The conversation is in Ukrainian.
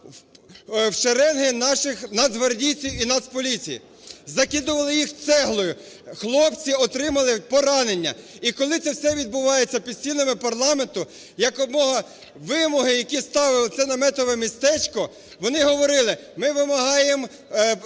гранат в шеренги наших нацгвардійців і нацполіції, закидували їх цеглою. Хлопці отримали поранення. І коли це все відбувається під стінами парламенту, якомога… Вимоги, які ставило це наметове містечко, вони говорили, ми вимагаємо